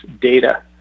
data